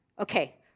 Okay